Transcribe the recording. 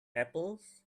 apples